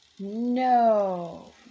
No